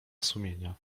sumienia